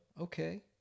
Okay